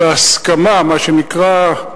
בהסכמה, מה שנקרא,